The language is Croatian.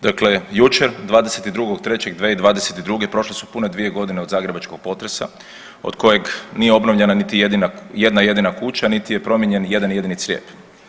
Dakle, jučer 22.3.2022. prošle su pune dvije godine od zagrebačkog potresa od kojeg nije obnovljena niti jedna jedina kuća, niti je promijenjen jedan jedini crijep.